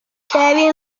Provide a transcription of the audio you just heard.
kevin